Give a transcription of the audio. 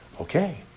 Okay